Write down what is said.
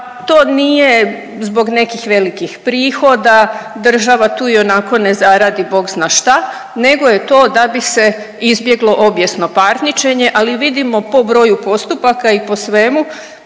to nije zbog nekih velikih prihoda, država tu ionako ne zaradi bog zna šta, nego je to da bi se izbjeglo obijesno parničenje, ali vidimo po broju postupaka i po svemu